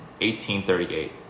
1838